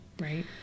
right